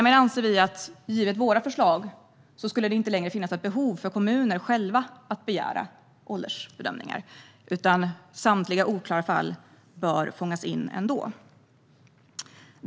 Med våra förslag skulle det inte längre finnas ett behov för kommuner själva att begära åldersbedömningar, utan samtliga oklara fall bör ändå kunna fångas upp.